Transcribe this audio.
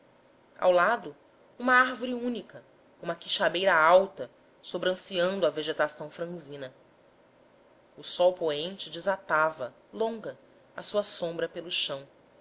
ao lado uma árvore única uma quixabeira alta sobranceando a vegetação franzina o sol poente desatava longa a sua sombra pelo chão